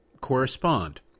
correspond